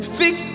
fix